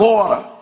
order